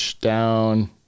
down